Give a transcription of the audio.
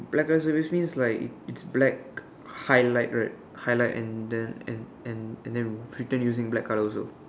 ya like I said which mean like it's black highlight right highlight and then and and and then written using black color also